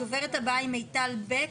הדוברת הבאה היא מיטל בק,